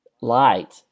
light